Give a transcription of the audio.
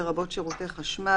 לרבות שירותי חשמל,